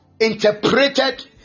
interpreted